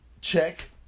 check